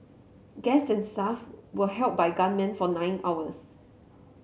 guest and staff were held by gunmen for nine hours